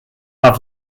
have